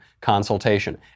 consultation